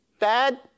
dad